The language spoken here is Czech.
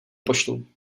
pošlu